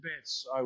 bits